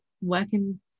working